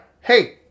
hey